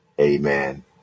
Amen